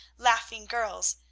laughing girls,